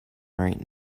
right